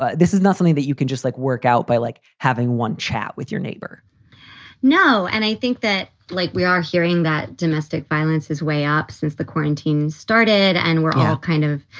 but this is not only that you can just, like, work out by, like, having one chat with your neighbor no. and i think that, like, we are hearing that domestic violence is way up since the quarantine started and we're kind of,